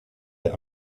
der